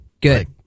Good